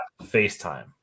FaceTime